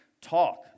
Talk